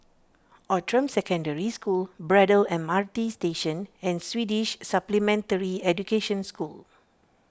Outram Secondary School Braddell M R T Station and Swedish Supplementary Education School